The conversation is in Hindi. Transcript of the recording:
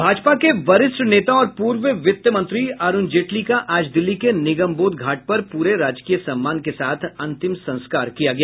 भाजपा के वरिष्ठ नेता और पूर्व वित्त मंत्री अरूण जेटली का आज दिल्ली के निगमबोध घाट पर पूरे राजकीय सम्मान के साथ अंतिम संस्कार किया गया